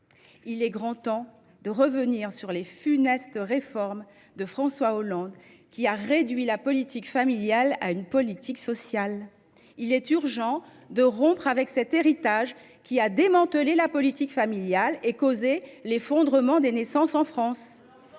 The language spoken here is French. Il est grand temps de revenir sur les funestes réformes de François Hollande qui a réduit la politique familiale à une politique sociale. Il est urgent de rompre avec cet héritage, qui a démantelé la politique familiale et causé l’effondrement des naissances en France.